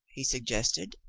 he sug gested.